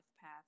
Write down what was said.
path